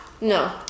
No